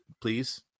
please